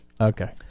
Okay